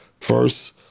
first